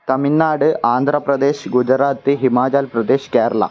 Tamil Nadu Andhra Pradesh Gujarat Himachal Pradesh Kerala